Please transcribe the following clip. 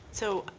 so,